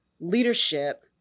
leadership